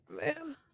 Man